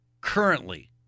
currently